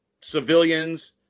civilians